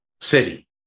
City